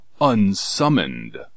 unsummoned